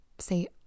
Say